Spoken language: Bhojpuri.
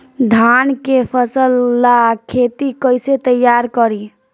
धान के फ़सल ला खेती कइसे तैयार करी?